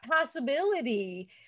possibility